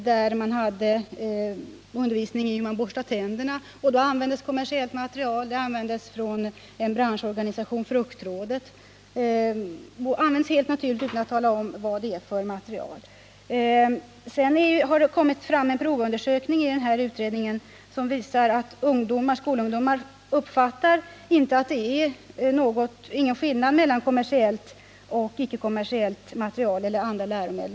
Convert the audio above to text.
Där hade man undervisning i hur man borstar tänderna, och då användes kommersiellt material från en branschorganisation — Fruktrådet. Det användes helt naturligt utan att man talade om vad det var för material. Det har i denna utredning kommit fram en provundersökning som visar att skolungdomar inte uppfattar någon skillnad mellan kommersiellt och icke-kommersiellt material eller andra läromedel.